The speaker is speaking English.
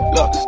Look